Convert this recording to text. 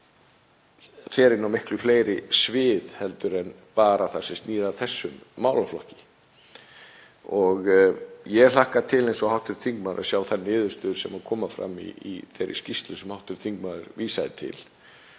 fer inn á miklu fleiri svið en bara það sem snýr að þessum málaflokki. Ég hlakka til, eins og hv. þingmaður, að sjá þær niðurstöður sem koma fram í þeirri skýrslu sem hv. þingmaður vísaði til